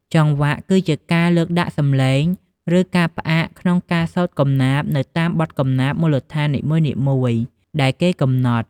ចង្វាក់ គឺជាការលើកដាក់សំឡេង ឬការផ្អាកក្នុងការសូត្រកំណាព្យទៅតាមបទកំណាព្យមូលដ្ឋាននីមួយៗដែលគេកំណត់។